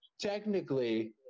technically